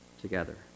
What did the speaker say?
together